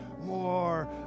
more